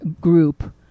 group